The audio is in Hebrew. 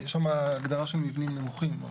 יש שם הגדרה של מבנים נמוכים.